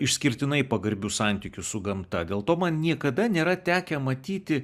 išskirtinai pagarbiu santykiu su gamta dėl to man niekada nėra tekę matyti